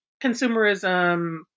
consumerism